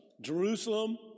Jerusalem